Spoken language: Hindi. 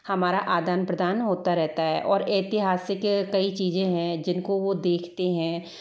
हमारा आदान प्रदान होता रहता है और ऐतिहासिक कई चीज़ें हैं जिनको वह देखते हैं